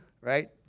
Right